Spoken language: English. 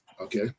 okay